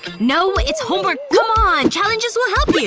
no, it's homework! come on. challenges will help! fine.